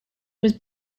was